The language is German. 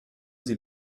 sie